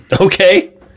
Okay